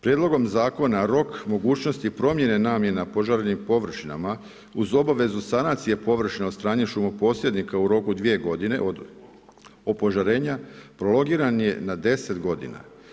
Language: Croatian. Prijedlogom zakona rok mogućnosti promjene namjena opožarenih površinama uz obavezu sanacije površina od strane šumoposjednika u roku 2 godine od opožarenja prolongiran je na 10 godina.